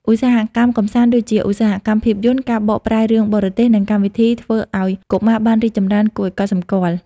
ឧស្សាហកម្មកម្សាន្តដូចជាឧស្សាហកម្មភាពយន្ត ការបកប្រែរឿងបរទេស និងកម្មវិធីធ្វើឲ្យកុមារបានរីកចម្រើនគួរឲ្យកត់សម្គាល់។